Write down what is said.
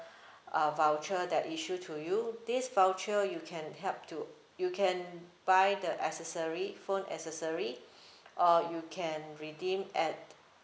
uh voucher that issue to you this voucher you can help to you can buy the accessory phone accessory or you can redeem at